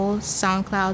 SoundCloud